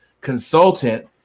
consultant